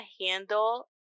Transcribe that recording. handle